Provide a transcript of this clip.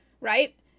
right